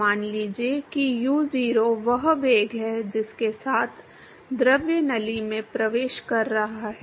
मान लीजिए कि u0 वह वेग है जिसके साथ द्रव नली में प्रवेश कर रहा है